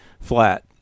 flat